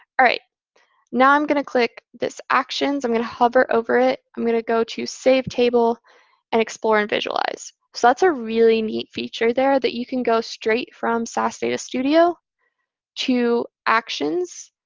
now i'm going to click this actions. i'm going to hover over it. i'm going to go to save table and explore and visualize. so that's a really neat feature there that you can go straight from sas data studio to actions,